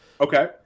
Okay